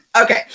Okay